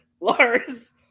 Lars